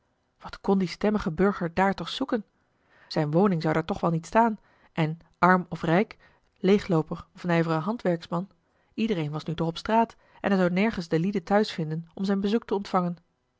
wat kon die stemmige burger daar toch zoeken zijne woning zou daar toch wel niet staan en arm of rijk leêglooper of nijvere handwerksman iedereen was nu toch op straat en hij zou nergens de lieden thuis vinden om zijn bezoek te ontvangen